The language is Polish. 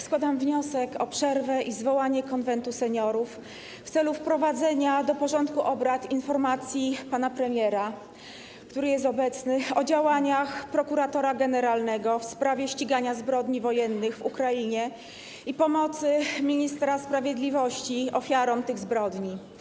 Składam wniosek o przerwę i zwołanie Konwentu Seniorów w celu wprowadzenia do porządku obrad informacji pana premiera, który jest obecny, o działaniach prokuratora generalnego w sprawie ścigania zbrodni wojennych w Ukrainie i o pomocy udzielanej przez ministra sprawiedliwości ofiarom tych zbrodni.